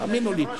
תאמינו לי.